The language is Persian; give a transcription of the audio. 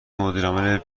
مدیرعامل